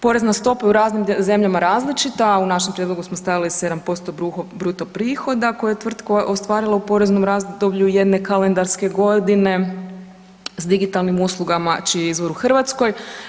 Porezna stopa u raznim zemljama je različita, a u našem prijedlogu smo stavili 7% bruto prihoda koju je tvrtka ostvarila u poreznom razdoblju jedne kalendarske godine s digitalnim uslugama čiji je izvor u Hrvatskoj.